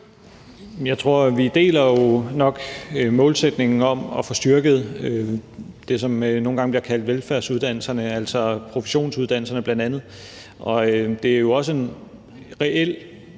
Jeg tror, at vi jo nok deler målsætningen om at få styrket det, som nogle gange bliver kaldt velfærdsuddannelserne, altså bl.a. professionsuddannelserne. Det er også en reel